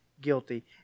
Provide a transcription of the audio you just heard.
guilty